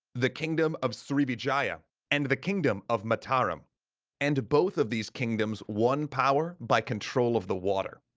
the kingdom of srivijaya and the kingdom of mataram and both of these kingdoms won power by control of the water.